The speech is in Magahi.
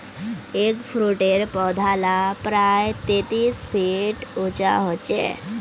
एगफ्रूटेर पौधा ला प्रायः तेतीस फीट उंचा होचे